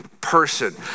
person